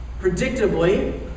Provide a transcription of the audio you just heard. Predictably